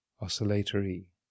oscillatory